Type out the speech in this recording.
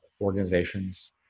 organizations